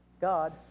God